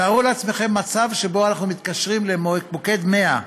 תארו לעצמכם מצב שבו אנחנו מתקשרים למוקד 100,